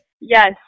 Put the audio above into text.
yes